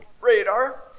radar